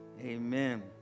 Amen